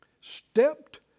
stepped